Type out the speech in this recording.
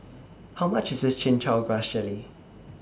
How much IS Chin Chow Grass Jelly